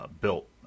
built